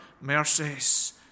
mercies